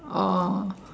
oh